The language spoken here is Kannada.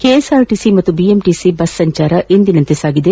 ಕೆಎಸ್ಅರ್ಟಿಸಿ ಮತ್ತು ಬಿಎಂಟಿಸಿ ಬಸ್ ಸಂಚಾರ ಎಂದಿನಂತೆ ಸಾಗಿದೆ